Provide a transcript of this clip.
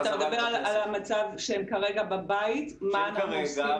אתה מדבר על המצב שהם כרגע בבית -- שהם כרגע,